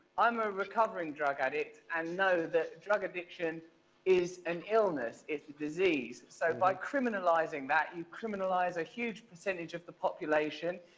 i'm a recovering drug addict, and know that drug addiction is an illness. it's a disease. so by criminalizing that, you criminalize a huge percentage of the population.